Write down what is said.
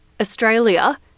Australia